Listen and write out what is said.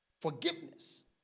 forgiveness